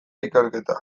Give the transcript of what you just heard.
ikerketa